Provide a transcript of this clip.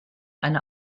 eine